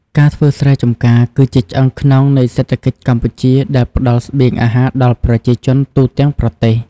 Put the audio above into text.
ការធ្វើស្រែចម្ការគឺជាឆ្អឹងខ្នងនៃសេដ្ឋកិច្ចកម្ពុជាដែលផ្តល់ស្បៀងអាហារដល់ប្រជាជនទូទាំងប្រទេស។